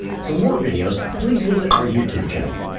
for more videos, please visit our youtube channel.